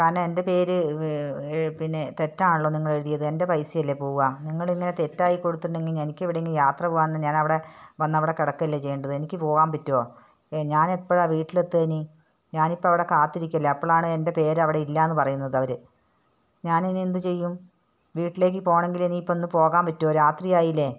കാരണം എൻ്റെ പേര് പിന്നെ തെറ്റാണല്ലോ നിങ്ങൾ എഴുതിയത് എൻ്റെ പൈസല്ലേ പോവുക നിങ്ങളിങ്ങനെ തെറ്റായി കൊടുത്തിട്ടുണ്ടെങ്കിൽ എനിക്ക് എവിടെയെങ്കിലും യാത്ര പോകാന്ന് ഞാൻ അവിടെ വന്നവിടെ കിടക്കല്ലേ ചെയ്യേണ്ടത് എനിക്ക് പോവാൻ പറ്റുവോ ഞാൻ എപ്പഴാ വീട്ടിലെത്തുക ഇനി ഞാനിപ്പ അവിടെ കാത്തിരിക്കല്ലേ അപ്പളാണ് എൻ്റെ പേര് അവിടെ ഇല്ല എന്ന് പറയുന്നത് അവർ ഞാനിനി എന്ത് ചെയ്യും വീട്ടിലേക്ക് പോകണമെങ്കിൽ ഇനി ഇപ്പം ഇന്ന് പോകാൻ പറ്റുമോ രാത്രി ആയില്ലേ